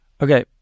Okay